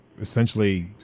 essentially